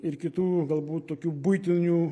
ir kitų galbūt tokių buitinių